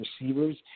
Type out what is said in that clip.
receivers